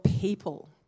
people